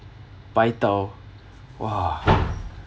bai dao !wah!